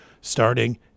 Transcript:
starting